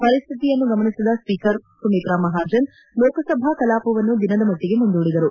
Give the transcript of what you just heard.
ಪರಿಸ್ಥಿತಿಯನ್ನು ಗಮನಿಸಿದ ಸ್ಪೀಕರ್ ಸುಮಿತ್ರಾ ಮಹಾಜನ್ ಲೋಕಸಭಾ ಕಲಾಪವನ್ನು ದಿನದ ಮಟ್ಟಗೆ ಮುಂದೂಡಿದರು